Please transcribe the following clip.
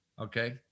Okay